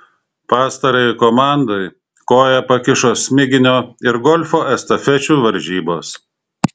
pastarajai komandai koją pakišo smiginio ir golfo estafečių varžybos